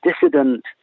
dissident